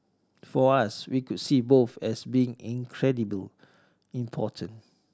for us we would see both as being incredibly important